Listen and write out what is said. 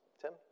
Tim